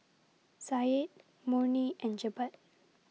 Syed Murni and Jebat